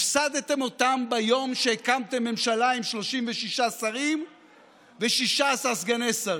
הפסדתם אותם ביום שהקמתם ממשלה עם 36 שרים ו-16 סגני שרים,